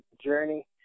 journey